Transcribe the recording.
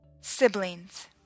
siblings